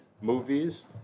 movies